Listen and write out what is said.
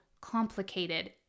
complicated